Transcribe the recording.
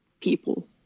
people